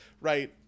right